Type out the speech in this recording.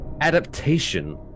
adaptation